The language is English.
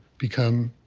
become,